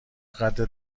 قدر